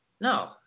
no